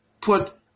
put